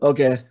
Okay